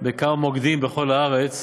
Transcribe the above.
בכמה מוקדים בכל הארץ.